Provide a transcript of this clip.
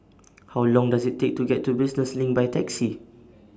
How Long Does IT Take to get to Business LINK By Taxi